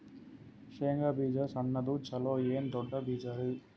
ಶೇಂಗಾ ಬೀಜ ಸಣ್ಣದು ಚಲೋ ಏನ್ ದೊಡ್ಡ ಬೀಜರಿ?